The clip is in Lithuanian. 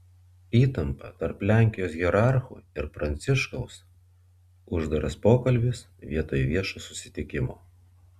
įtampa tarp lenkijos hierarchų ir pranciškaus uždaras pokalbis vietoj viešo susitikimo